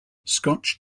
scotch